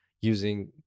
using